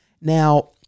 now